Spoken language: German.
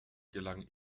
gelang